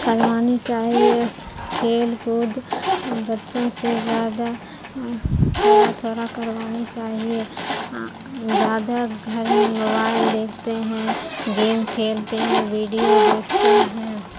کروانی چاہیے کھیل کود بچوں سے زیادہ تھوڑا تھوڑا کروانی چاہیے زیادہ گھر میں موبائل دیکھتے ہیں گیم کھیلتے ہیں ویڈیو دیکھتے ہیں